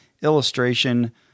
illustration